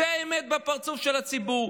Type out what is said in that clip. זו האמת בפרצוף של הציבור.